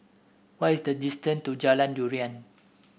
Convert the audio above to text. what is the distance to Jalan Durian